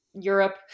Europe